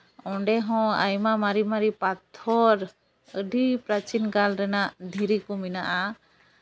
ᱚᱸᱰᱮ ᱦᱚᱸ ᱟᱭᱢᱟ ᱢᱟᱨᱮ ᱢᱟᱨᱮ ᱯᱟᱛᱷᱚᱨ ᱟᱹᱰᱤ ᱯᱨᱟᱪᱤᱱ ᱠᱟᱞ ᱨᱮᱱᱟᱜ ᱫᱷᱤᱨᱤ ᱠᱚ ᱢᱮᱱᱟᱜᱼᱟ